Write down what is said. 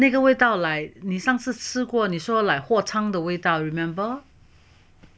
那个味道 like 你上次吃过你说 like 货场的味道 remember